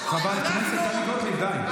יש גבול למה שקורה כאן.